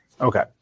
okay